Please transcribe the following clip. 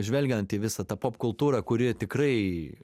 žvelgiant į visą tą popkultūrą kuri tikrai